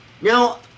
Now